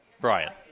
Brian